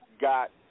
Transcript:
got